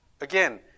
Again